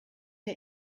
der